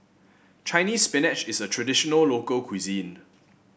Chinese Spinach is a traditional local cuisine